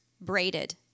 braided